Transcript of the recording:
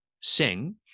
sing